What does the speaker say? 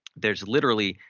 there's literally,